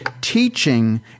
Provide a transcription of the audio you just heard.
teaching